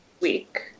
week